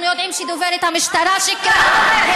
אנחנו יודעים שדוברת המשטרה שיקרה.